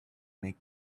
make